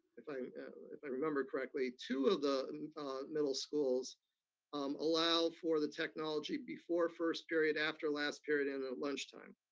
if i um if i remember correctly, two of the and middle schools um allow for the technology before first period, after last period, and at lunchtime.